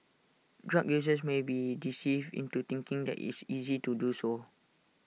drug users may be deceived into thinking that IT is easy to do so